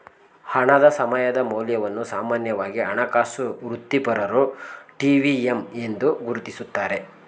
ಹಣದ ಸಮಯದ ಮೌಲ್ಯವನ್ನು ಸಾಮಾನ್ಯವಾಗಿ ಹಣಕಾಸು ವೃತ್ತಿಪರರು ಟಿ.ವಿ.ಎಮ್ ಎಂದು ಗುರುತಿಸುತ್ತಾರೆ